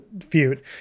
feud